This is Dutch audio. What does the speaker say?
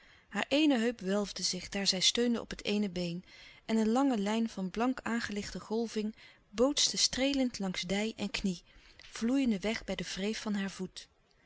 hare eene heup welfde zich daar zij steunde op het eene been en een lange lijn van blank aangelichte golving bootste streelend langs dij en knie vloeiende weg bij de wreef van haar voet